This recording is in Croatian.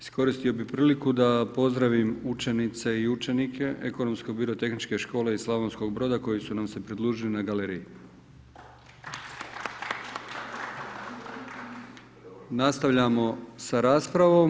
Iskoristio bi priliku da pozdravim učenice i učenike Ekonomsko birotehničke škole iz Slavonskog Broda koji su nam se pridružili na galeriji. Nastavljamo sa raspravom.